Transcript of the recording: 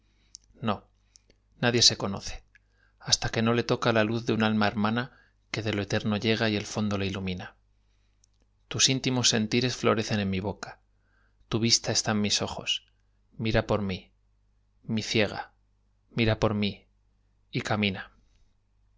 no nadie se conoce hasta que no le toca la luz de un alma hermana que de lo eterno llega y el fondo le ilumina tus íntimos sentires florecen en mi boca tu vista está en mis ojos mira por mí mi ciega mira por mí y camina